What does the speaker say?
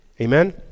Amen